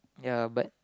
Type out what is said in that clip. ya but